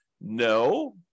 No